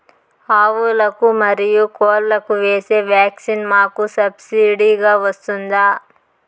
ఆవులకు, మరియు కోళ్లకు వేసే వ్యాక్సిన్ మాకు సబ్సిడి గా వస్తుందా?